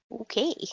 Okay